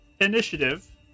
initiative